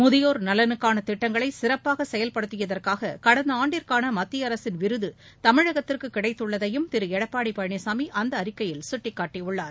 முதியோர் நலனுக்கான திட்டங்களை சிறப்பாக செயல்படுத்தியதற்காக கடந்த ஆண்டிற்கான மத்திய அரசின் விருது தமிழகத்திற்கு கிடைத்துள்ளதையும் திரு எடப்பாடி பழனிசாமி அந்த அறிக்கையில் சுட்டிக்காட்டியுள்ளார்